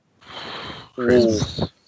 Christmas